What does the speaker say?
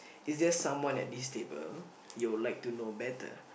is there someone at this table you would like to know better